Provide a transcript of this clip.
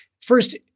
First